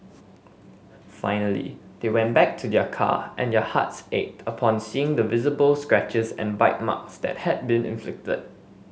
finally they went back to their car and their hearts ached upon seeing the visible scratches and bite marks that had been inflicted